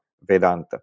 Vedanta